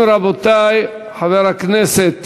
המציעים, רבותי, חבר הכנסת